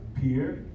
Pierre